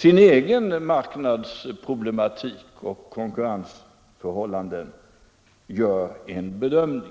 grundar sig på en bedömning som det företaget gjort utifrån sin egen marknadsproblematik och sina egna konkurrensförhållanden.